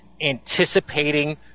anticipating